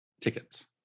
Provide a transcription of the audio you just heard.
tickets